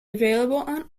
available